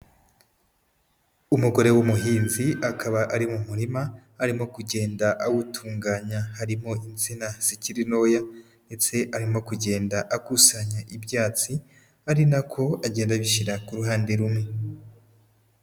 Umugore w'umuhinzi akaba ari mu murima, arimo kugenda awutunganya, harimo insina zikiri ntoya ndetse arimo kugenda akusanya ibyatsi, ari nako agenda abishyira ku ruhande rumwe.